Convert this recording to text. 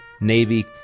Navy